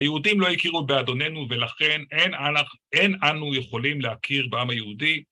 יהודים לא הכירו באדוננו ולכן אין אנו יכולים להכיר בעם היהודי.